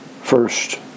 First